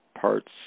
parts